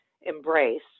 embrace